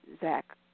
Zach –